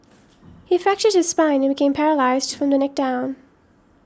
he fractured his spine and became paralysed from the neck down